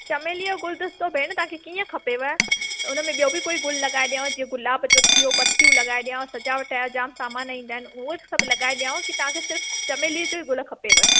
चमेली जो गुलदस्तो भेण तव्हांखे कीअं खपेव त हुन में ॿियो बि कोई गुल लॻाए ॾियांव जीअं गुलाब जो थियो पतियूं लॻाए ॾियांव सजावट जा सामान ईंदा आहिनि उहो सभु लॻाए ॾियांव की तव्हांखे सिर्फ़ु चमेली जो गुल खपेव